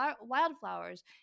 wildflowers